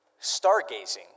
stargazing